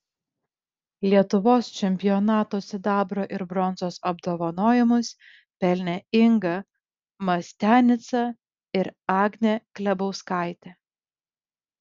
lietuvos čempionato sidabro ir bronzos apdovanojimus pelnė inga mastianica ir agnė klebauskaitė